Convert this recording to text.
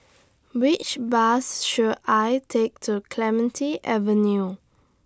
Which Bus should I Take to Clementi Avenue